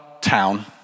town